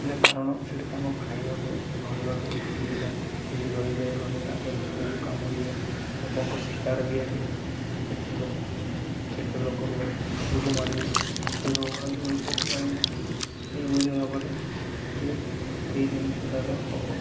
ରଖିଲେ କାରଣ ସେଠି ତାଙ୍କୁ ଖାଇବାକୁ ରହିବାକୁ ସୁବିଧା ଏଇଠି ରହିବେ ଗଲେ ତାଙ୍କେ ଲୋକକୁ କାମୁଡ଼ିବେ ଲୋକଙ୍କ ଶିକାର ବି ହେବେ କେତେ ଲୋକ କେତେ ଲୋକ ଭାଲୁକୁ ମାରିବେ କେତେ ଲାଲ ଲୋକକୁ ମାରିବ ଏଭଳି ଭାବରେ ହେଲେ ସେଇ ଜିନିଷ ଯାକ ହବ